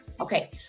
Okay